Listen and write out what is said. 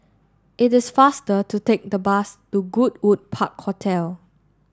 it is faster to take the bus to Goodwood Park Hotel